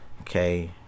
Okay